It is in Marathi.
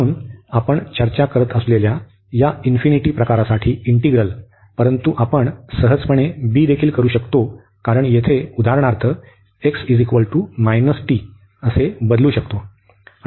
म्हणून आपण चर्चा करत असलेल्या या इन्फिनिटी प्रकारासाठी इंटिग्रल परंतु हे आपण सहजपणे b देखील करू शकतो कारण येथे उदाहरणार्थ x t असे बदलू शकतो